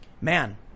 man